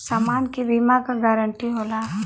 समान के बीमा क गारंटी होला